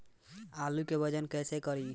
आलू के वजन कैसे करी?